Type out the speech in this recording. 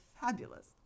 fabulous